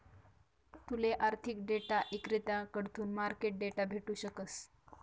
तूले आर्थिक डेटा इक्रेताकडथून मार्केट डेटा भेटू शकस